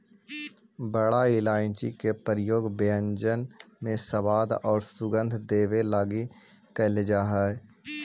बड़ा इलायची के प्रयोग व्यंजन में स्वाद औउर सुगंध देवे लगी कैइल जा हई